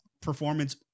performance